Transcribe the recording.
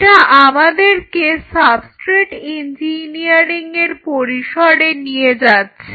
এটা আমাদেরকে substrate engineering এর পরিসরে নিয়ে যাচ্ছে